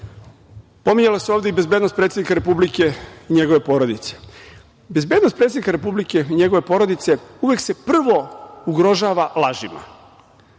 istina. Pominjala se ovde i bezbednost predsednika Republike i njegove porodice. Bezbednost predsednika Republike i njegove porodice se uvek prvo ugrožava lažima.